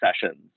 sessions